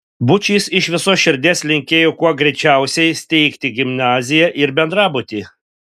būčys iš visos širdies linkėjo kuo greičiausiai steigti gimnaziją ir bendrabutį